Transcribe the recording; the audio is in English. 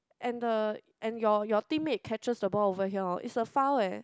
and the and your your team mate catches the ball over here orh it's a foul eh